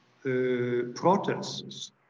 protests